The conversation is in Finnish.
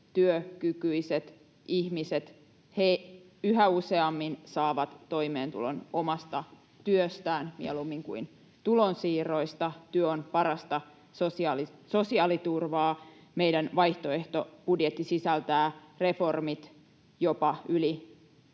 työkykyiset ihmiset yhä useammin saavat toimeentulon omasta työstään mieluummin kuin tulonsiirroista. Työ on parasta sosiaaliturvaa. Meidän vaihtoehtobudjettimme sisältää reformit jopa yli